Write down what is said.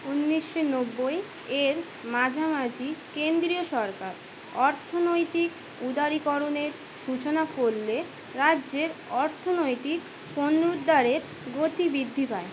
ঊনিশশো নব্বই এর মাঝামাঝি কেন্দ্রীয় সরকার অর্থনৈতিক উদারীকরণের সূচনা করলে রাজ্যের অর্থনৈতিক পনরুদ্ধারের গতি বৃদ্ধি পায়